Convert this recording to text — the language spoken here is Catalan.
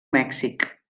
mèxic